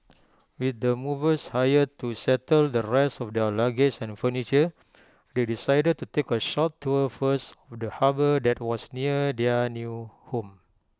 with the movers hired to settle the rest of their luggage and furniture they decided to take A short tour first of the harbour that was near their new home